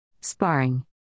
Sparring